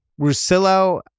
Rusillo